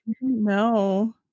no